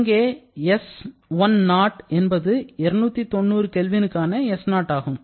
இங்கே s10 என்பது 290 Kக்கான s0 ஆகும்